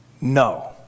no